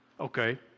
Okay